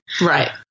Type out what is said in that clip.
right